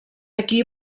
aquí